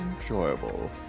enjoyable